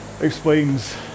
explains